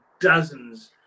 dozens